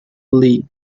league